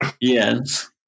Yes